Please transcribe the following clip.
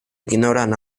ignoran